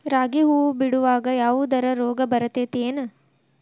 ರಾಗಿ ಹೂವು ಬಿಡುವಾಗ ಯಾವದರ ರೋಗ ಬರತೇತಿ ಏನ್?